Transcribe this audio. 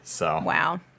Wow